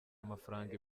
amafaranga